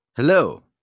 Hello